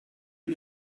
you